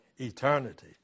eternity